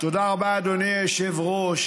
תודה רבה, אדוני היושב-ראש.